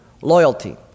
Loyalty